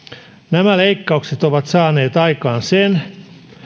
nämä leikkaukset ovat saaneet aikaan sen